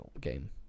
game